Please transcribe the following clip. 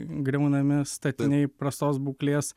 griaunami statiniai prastos būklės